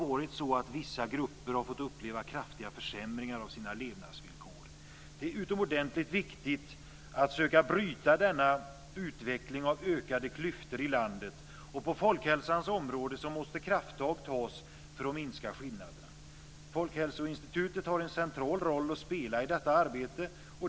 Vissa grupper har fått uppleva kraftiga försämringar av sina levnadsvillkor. Det är utomordentligt viktigt att söka bryta denna utveckling av ökade klyftor i landet, och på folkhälsans område måste krafttag tas för att minska skillnaderna. Folkhälsoinstitutet har en central roll att spela i detta arbete.